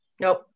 Nope